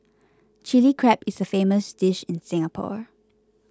Chilli Crab is a famous dish in Singapore